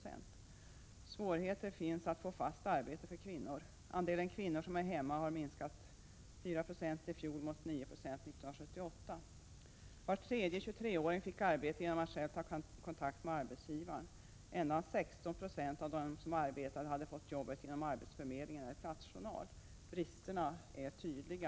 Kvinnor har svårigheter att få fast arbete. Andelen kvinnor som är hemma har minskat med 4 96 i fjol mot 9 90 år 1978. Var tredje 23-åring fick arbete genom att själv ta kontakt med arbetsgivaren. Endast 16 96 av dem som arbetade hade fått jobbet genom arbetsförmedling eller platsjournal. Bristerna är tydliga.